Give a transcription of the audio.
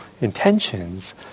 intentions